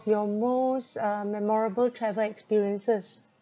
your most uh memorable travel experiences